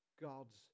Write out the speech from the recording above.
God's